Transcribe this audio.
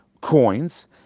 coins